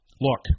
Look